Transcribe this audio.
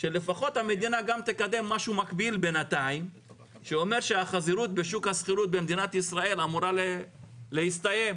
אז לפחות החוק אומר שהחזירות בשוק אמורה להסתיים,